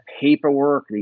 paperwork